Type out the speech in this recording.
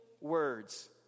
words